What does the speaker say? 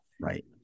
Right